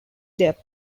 death